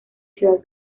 ciudad